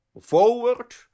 forward